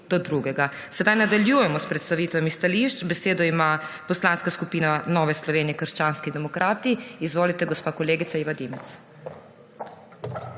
do drugega. Sedaj nadaljujemo s predstavitvami stališč. Besedo ima Poslanska skupina Nove Slovenije – krščanski demokrati. Izvolite, gospa kolegica Iva Dimic.